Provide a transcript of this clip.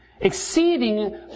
exceeding